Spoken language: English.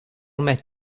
met